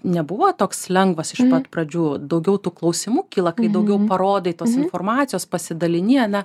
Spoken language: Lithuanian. nebuvo toks lengvas iš pat pradžių daugiau tų klausimų kyla kai daugiau parodai tos informacijos pasidalini ane